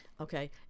Okay